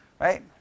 right